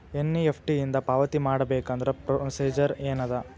NEFT ಇಂದ ಪಾವತಿ ಮಾಡಬೇಕಂದ್ರ ಪ್ರೊಸೇಜರ್ ಏನದ